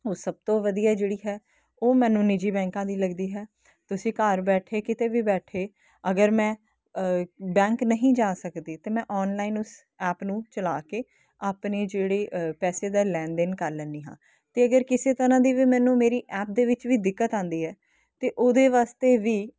ਉਹ ਸਭ ਤੋਂ ਵਧੀਆ ਜਿਹੜੀ ਹੈ ਉਹ ਮੈਨੂੰ ਨਿੱਜੀ ਬੈਂਕਾਂ ਦੀ ਲੱਗਦੀ ਹੈ ਤੁਸੀਂ ਘਰ ਬੈਠੇ ਕਿਤੇ ਵੀ ਬੈਠੇ ਅਗਰ ਮੈਂ ਬੈਂਕ ਨਹੀਂ ਜਾ ਸਕਦੀ ਤਾਂ ਮੈਂ ਆਨਲਾਈਨ ਉਸ ਐਪ ਨੂੰ ਚਲਾ ਕੇ ਆਪਣੇ ਜਿਹੜੇ ਪੈਸੇ ਦਾ ਲੈਣ ਦੇਣ ਕਰ ਲੈਂਦੀ ਹਾਂ ਅਤੇ ਅਗਰ ਕਿਸੇ ਤਰ੍ਹਾਂ ਦੀ ਵੀ ਮੈਨੂੰ ਮੇਰੀ ਐਪ ਦੇ ਵਿੱਚ ਵੀ ਦਿੱਕਤ ਆਉਂਦੀ ਹੈ ਤਾਂ ਉਹਦੇ ਵਾਸਤੇ ਵੀ